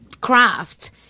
craft